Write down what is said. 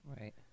Right